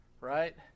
Right